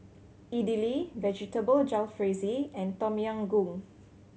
Idili Vegetable Jalfrezi and Tom Yam Goong